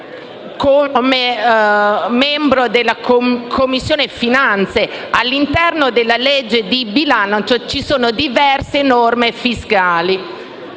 come membro della Commissione finanze. All'interno del testo ci sono diverse norme fiscali